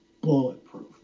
bulletproof